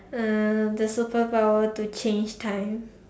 uh the superpower to change time